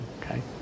okay